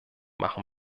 machen